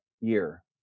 year